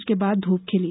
उसके बाद ध्रप खिली